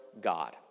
God